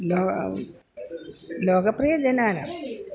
लो लोकप्रयाः जनाः न